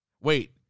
Wait